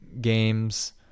games